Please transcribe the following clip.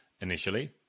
initially